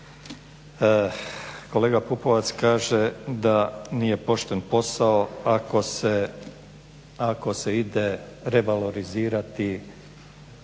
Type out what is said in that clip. Kolega Pupovac kaže da nije pošten posao ako se ide revalorizirati